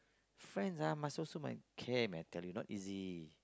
friends ah must also men~ care mentally not easy